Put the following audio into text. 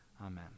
amen